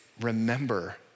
remember